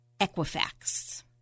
Equifax